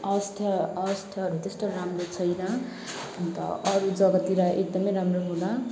अवस्था अवस्थाहरू त्यस्तो राम्रो छैन अन्त अरू जग्गातिर एकदमै राम्रो होला